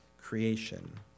creation